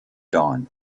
dawn